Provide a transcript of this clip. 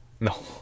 No